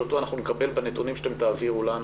שאותו נקבל בנתונים המספריים שאתם תעבירו לנו,